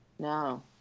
No